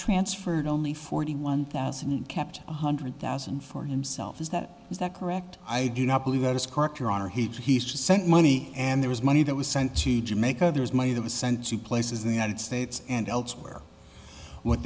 transferred only forty one thousand and kept one hundred thousand for himself is that is that correct i do not believe that is correct your honor he has just sent money and there was money that was sent to jamaica there's money that was sent to places in the united states and elsewhere what